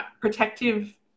protective